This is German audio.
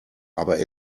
aber